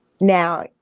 Now